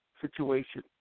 situation